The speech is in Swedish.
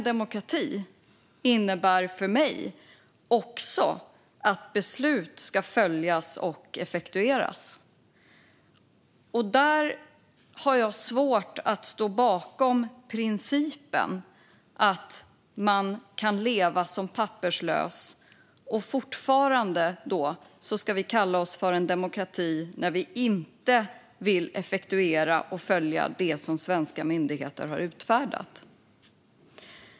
Demokrati innebär för mig också att beslut ska följas och effektueras, och där har jag svårt att stå bakom principen att man kan leva som papperslös. Kan vi fortfarande kalla oss för en demokrati när vi inte vill effektuera och följa det som svenska myndigheter har utfärdat?